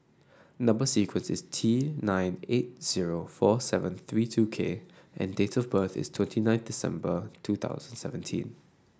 number sequence is T nine eight zero four seven three two K and date of birth is twenty nine December two thousand seventeen